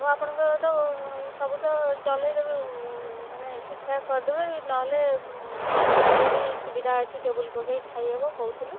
ହଉ ଆପଣଙ୍କର ତ ସବୁ ତ ଚଲେଇଦେବେ ମାନେ ଠିକ୍ ଠାକ୍ କରିଦେବେ ନହେଲେ ପଛ ପଟରେ ବି ସୁବିଧା ଅଛି ଟେବୁଲ୍ ପକେଇ ଖାଇହେବ କହୁଥିଲେ